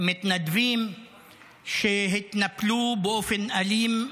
מתנדבים שהתנפלו באופן אלים,